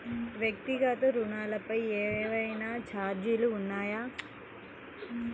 వ్యక్తిగత ఋణాలపై ఏవైనా ఛార్జీలు ఉన్నాయా?